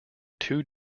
two